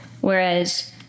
whereas